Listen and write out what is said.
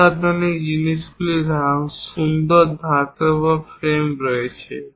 অত্যাধুনিক জিনিসগুলিতে সুন্দর ধাতব ফ্রেম রয়েছে